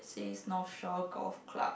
says North Shore Golf Club